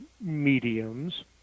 mediums